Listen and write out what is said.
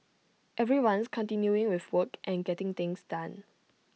everyone's continuing with work and getting things done